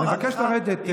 אני מבקש לרדת.